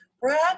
Brad